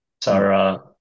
sarah